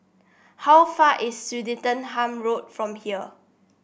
how far is Swettenham Road from here